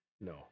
No